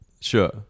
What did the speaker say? Sure